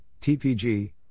TPG